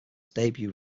debut